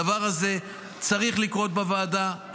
הדבר הזה צריך לקרות בוועדה.